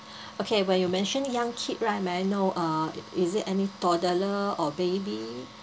okay when you mention young kid right may I know uh is it any toddler or baby